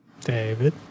David